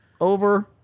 over